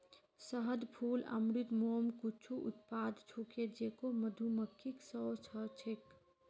शहद, फूल अमृत, मोम कुछू उत्पाद छूके जेको मधुमक्खि स व स छेक